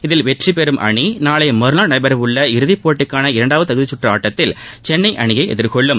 இதில் வெற்றி பெறும் அணி நாளை மறுநாள் நடைபெறவுள்ள இறுதிப்போட்டிக்கான இரண்டாவது தகுதிச்சுற்று ஆட்டத்தில்சென்னை அணியை எதிர்கொள்ளும்